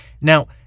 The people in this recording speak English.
Now